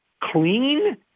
clean